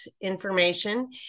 information